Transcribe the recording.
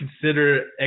consider